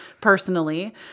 personally